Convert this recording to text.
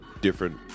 different